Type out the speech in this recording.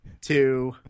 two